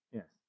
Yes